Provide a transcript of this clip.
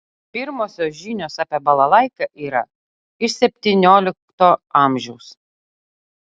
pirmosios žinios apie balalaiką yra iš septyniolikto amžiaus